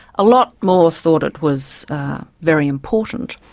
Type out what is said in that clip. a lot more thought it was very important,